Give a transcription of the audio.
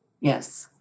Yes